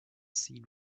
seen